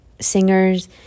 singers